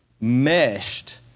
meshed